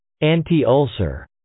Anti-ulcer